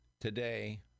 today